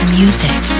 music